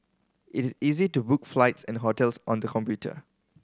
it easy to book flights and hotels on the computer